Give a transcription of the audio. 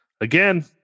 again